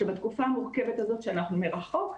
שבתקופה המורכבת הזאת שאנחנו מרחוק,